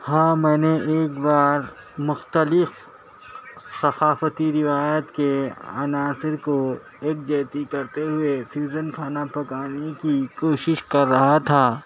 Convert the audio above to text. ہاں میں نے ایک بار مختلف ثقافتی روایت کے عناصر کو یکجہتی کرتے ہوئے سیزن کھانا پکانے کی کوشش کر رہا تھا